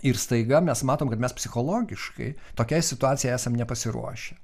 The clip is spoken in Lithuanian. ir staiga mes matom kad mes psichologiškai tokiai situacijai esam nepasiruošę